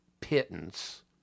pittance